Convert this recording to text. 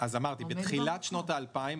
בתחילת שנות האלפיים,